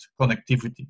connectivity